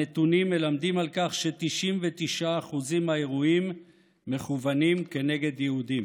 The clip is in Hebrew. הנתונים מלמדים על כך ש-99% מהאירועים מכוונים כנגד יהודים,